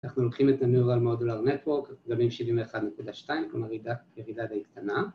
‫אנחנו לוקחים את הנורל מודולר נטוורק, ‫דגמים(?) 71.2, כלומר ירידה די קטנה.